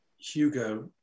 Hugo